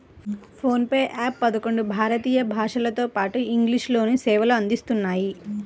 phone pay app పదకొండు భారతీయ భాషలతోపాటు ఇంగ్లీష్ లోనూ సేవలు అందిస్తున్నాయి